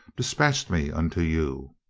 dispatched me unto you.